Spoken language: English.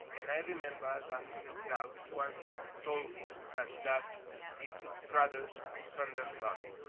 and i remember that mrs. grouse once told me that that is strutter's thunder log.